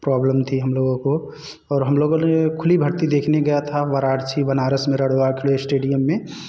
problem थी हम लोगों को और हम लोगों ने खुली भर्ती देखने गया था वाराणसी बनारस में रा वानखेड़े स्टेडियम में